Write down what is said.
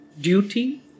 duty